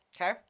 Okay